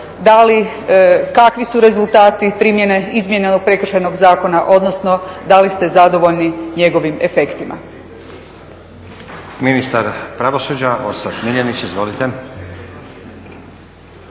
kakvi su rezultati primjene izmijenjenog Prekršajnog zakona, odnosno da li ste zadovoljni njegovim efektima.